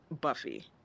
Buffy